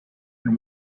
and